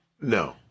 No